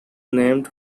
named